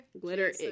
Glitter